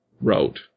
wrote